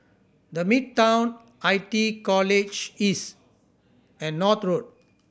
The Midtown I T E College East and North Road